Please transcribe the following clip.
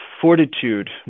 fortitude